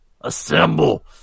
Assemble